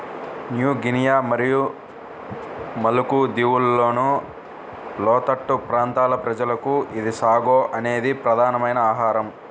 new Guinea మరియు Maluku దీవులలోని లోతట్టు ప్రాంతాల ప్రజలకు ఇది సాగో అనేది ప్రధానమైన ఆహారం